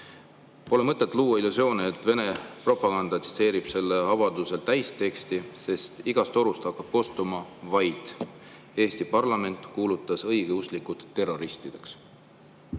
Pole mõtet luua illusioone, et Vene propaganda tsiteerib selle avalduse täisteksti, igast torust hakkab kostma vaid see, et Eesti parlament kuulutas õigeusklikud terroristideks.